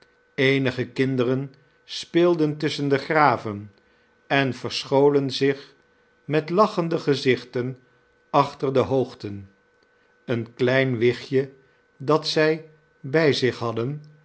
eenige kinderen speelden tusschen de graven en verscholen zich met lachende gezichten achter de hoogten een klein wiehtje dat zij bij zich hadden